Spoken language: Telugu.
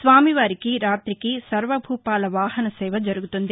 స్వామి వారికి రాతికి సర్వభూపాల వాహన సేవ జరుగుతుంది